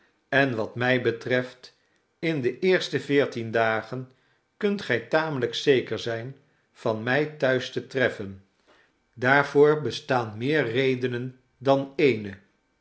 en wat mij betreft in de eerste veertien dagen kunt gij tamelijk zeker zijn van mij thuis te treffen daarvoor bestaan meer redenen dan eene